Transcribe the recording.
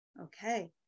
Okay